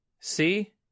See